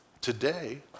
today